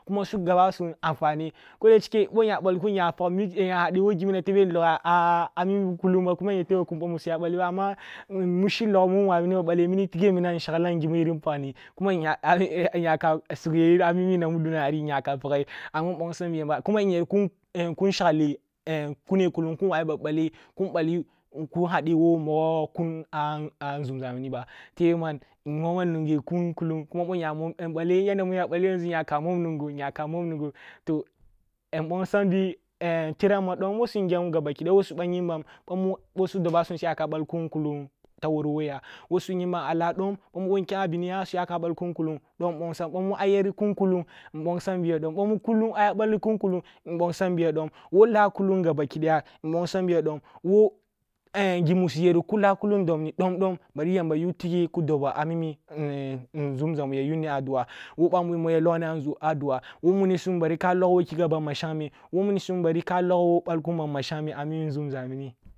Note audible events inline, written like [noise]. Kuma su gaba sun amfane, ko da chike ъo nya ъallkun nya hade wo gimna tebe nlogah a mimi kulung ba kuma nyete ba kum bamu suya ъalle amma mu chillog mun wabi ni ba ъalle tighe minam nshaglam gimuyirin pagni kuma [unintelligible] nyaka sugle amimi namudonari nyaka paghe amma nya bonsi yamba, kuma [hesitation] kun-kun shaglee [hesitation] kune kullung kun wawu baъalle kunъalyi kun hadi yi wo kun mogho kun a nzumȝa minba tebe man nmoman nunge kun kulung kuma ъo nya balle, yanda mu nyani a ъalle nyaka-mumnungo nyaka mumnungo toh [hesitation] nbongsambi [hesitation] tram wo su ngyam gabaki daya wo su bha yinbam ъamu ъo su dobasum su yaka ъall kun kulung tagwuru wo ya wo su yinbam ala bamu boh nkyam alah bamu boh nkyam abiniya su yaka ъall kun kullung dom nbonsam biya dom, bamu kullung aya balli kunkullung nbonsam biya dom wo lah kullung gabaki daya nbongsambiya dom wo [hesitation] gimu kusu yeri kila kullung dobni dom-dom bari yamba yu tighe ki dobo amimi [hesitation] nzumza mu ya yuni a dua, wo bamu mu ya yunni a dua, wo munisum bari kah log wo kigah ba mashengmeh.